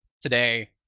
today